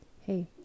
Hey